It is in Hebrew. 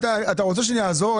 אתה רוצה שאני אעזור?